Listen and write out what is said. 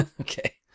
Okay